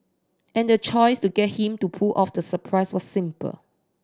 and the choice to get him to pull off the surprise was simple